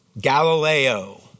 Galileo